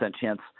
chance